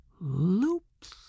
Loops